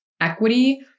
equity